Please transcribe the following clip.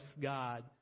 God